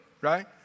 right